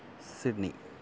Sydney